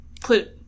put